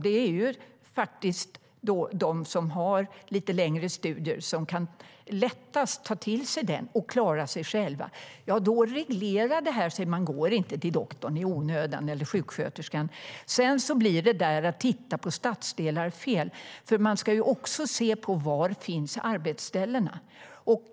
De som har lite längre studier kan lättast ta till sig kunskap och klara sig själva. Detta regleras då så att man inte går till doktorn eller sjuksköterskan i onödan. Detta med att titta på stadsdelar blir fel. Man ska också se på var arbetsställena finns.